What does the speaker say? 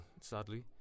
Sadly